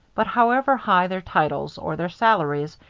but however high their titles, or their salaries,